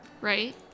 Right